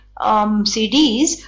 CDs